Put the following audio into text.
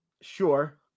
sure